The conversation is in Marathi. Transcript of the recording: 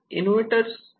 इनोव्हेटर्स ने काय केले